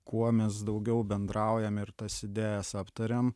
kuo mes daugiau bendraujame ir tas idėjas aptariam